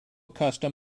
custom